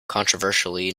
controversially